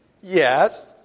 Yes